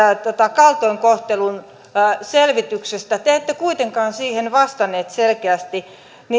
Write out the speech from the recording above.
kaltoinkohtelun selvityksestä te ette kuitenkaan siihen vastannut selkeästi